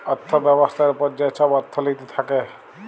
অথ্থ ব্যবস্থার উপর যে ছব অথ্থলিতি থ্যাকে